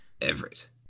Everett